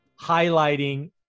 highlighting